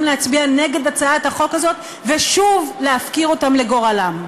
להצביע נגד הצעת החוק הזאת ושוב להפקיר אותם לגורלם.